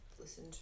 listen